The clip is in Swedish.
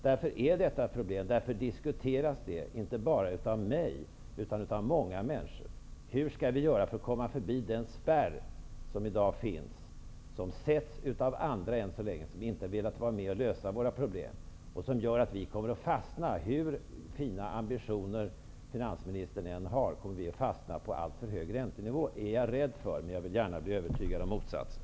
Därför diskuteras detta problem inte bara av mig utan av många människor: Hur skall vi göra för att komma förbi den spärr som i dag finns och som sätts av andra så länge vi inte har velat vara med om att lösa våra problem? Hur fina ambitioner finansministern än har, kommer vi att fastna på alltför hög räntenivå, är jag rädd för. Men jag vill gärna bli övertygad om motsatsen.